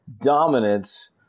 dominance